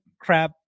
crap